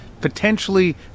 potentially